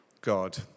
God